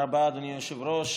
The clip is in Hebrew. תודה רבה, אדוני היושב-ראש.